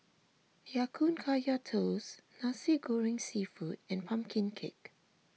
Ya Kun Kaya Toast Nasi Goreng Seafood and Pumpkin Cake